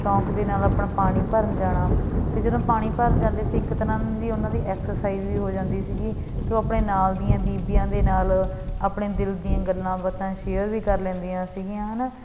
ਸੌਂਕ ਦੇ ਨਾਲ ਆਪਣਾ ਪਾਣੀ ਭਰਨ ਜਾਣਾ ਅਤੇ ਜਦੋਂ ਪਾਣੀ ਭਰਨ ਜਾਂਦੇ ਸੀ ਇੱਕ ਤਰ੍ਹਾਂ ਦੀ ਉਹਨਾਂ ਦੀ ਐਕਸਰਸਾਈਜ਼ ਵੀ ਹੋ ਜਾਂਦੀ ਸੀਗੀ ਅਤੇ ਉਹ ਆਪਣੇ ਨਾਲ ਦੀਆਂ ਬੀਬੀਆਂ ਦੇ ਨਾਲ ਆਪਣੇ ਦਿਲ ਦੀਆਂ ਗੱਲਾਂ ਬਾਤਾਂ ਸ਼ੇਅਰ ਵੀ ਕਰ ਲੈਂਦੀਆਂ ਸੀਗੀਆਂ ਹੈ ਨਾ